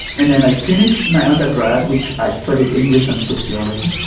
and then i finished my undergrad, which i studied english and sociology.